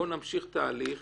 בואו נמשיך את ההליך